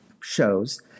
shows